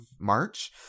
March